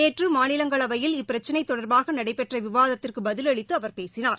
நேற்று மாநிலங்களவை இப்பிரக்சினை தொடர்பாக நடைபெற்ற விவாதத்திற்கு பதில் அளித்து அவர் பேசினார்